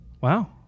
wow